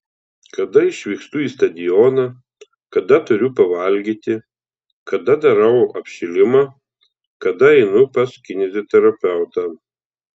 kada išvykstu į stadioną kada turiu pavalgyti kada darau apšilimą kada einu pas kineziterapeutą